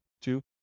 Two